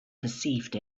perceived